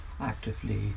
actively